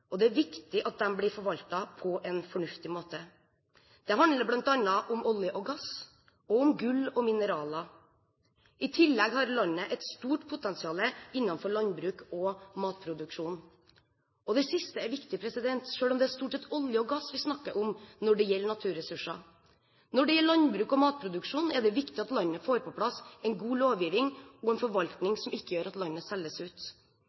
Det er viktig at de blir forvaltet på en fornuftig måte. Det handler bl.a. om olje og gass, om gull og mineraler. I tillegg har landet et stort potensial innenfor landbruk og matproduksjon. Det siste er viktig, selv om det stort sett er olje og gass vi snakker om når det gjelder naturressurser. Når det gjelder landbruks- og matproduksjon, er det viktig at landet får på plass en god lovgivning og en forvaltning som ikke gjør at landet selges ut.